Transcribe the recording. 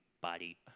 body